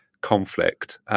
conflict